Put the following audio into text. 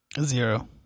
Zero